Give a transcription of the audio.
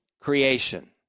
creation